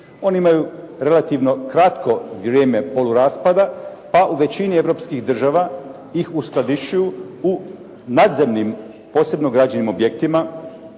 Oni imaju relativno kratko vrijeme poluraspada pa u većini europskih država ih uskladištuju u nadzemnim posebno građenim objektima.